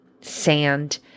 sand